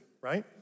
right